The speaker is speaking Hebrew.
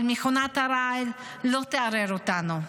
אבל מכונת הרעל לא תערער אותנו.